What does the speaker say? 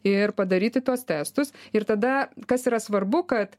ir padaryti tuos testus ir tada kas yra svarbu kad